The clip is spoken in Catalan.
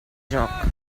joc